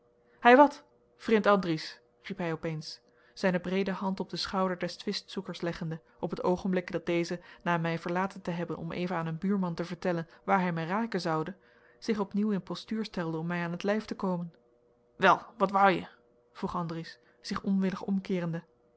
hei wat vrind andries riep hij op eens zijne breede hand op den schouder des twistzoekers leggende op het oogenblik dat deze na mij verlaten te hebben om even aan een buurman te vertellen waar hij mij raken zoude zich opnieuw in postuur stelde om mij aan t lijf te komen wel wat wouje vroeg andries zich onwillig omkeerende